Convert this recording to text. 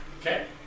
Okay